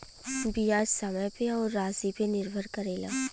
बियाज समय पे अउर रासी पे निर्भर करेला